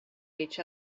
each